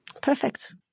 Perfect